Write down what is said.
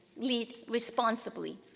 lead responsibly.